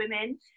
women